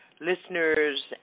listeners